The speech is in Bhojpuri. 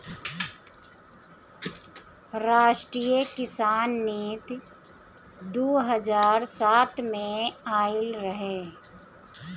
राष्ट्रीय किसान नीति दू हज़ार सात में आइल रहे